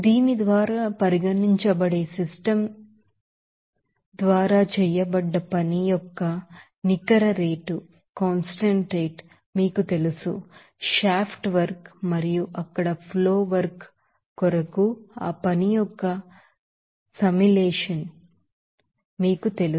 దీని ద్వారా పరిగణించబడే సిస్టమ్ ద్వారా చేయబడ్డ పని యొక్క నికర రేటు మీకు తెలుసు షాఫ్ట్ వర్క్ మరియు అక్కడ ఫ్లో వర్క్ కొరకు ఆ పని యొక్క సమ్మిలేషన్ మీకు తెలుసు